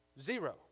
zero